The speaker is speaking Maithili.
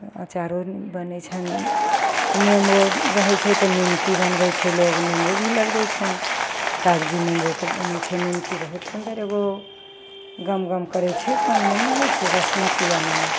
अँचारो बनै छनि नेबो रहै छै तऽ निमकी बनबै छै लोक नेबो भी लगबै छनि कागजी नेबोके बनै छनि निमकी बहुत सुन्दर एगो गमगम करै छै कोन नेबो होइ छै बसमतिआ नेबो